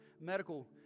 Medical